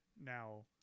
Now